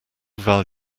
value